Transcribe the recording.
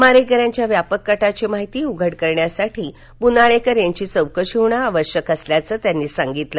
मारेकऱ्यांच्या व्यापक कटाची माहिती उघड करण्यासाठी पुनाळेकर यांची चौकशी होणं आवश्यक असल्याचं ते म्हणाले